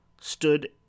stood